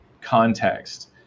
context